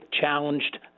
challenged